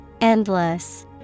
Endless